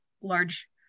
large